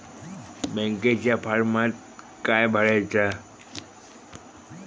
बँकेच्या फारमात काय भरायचा?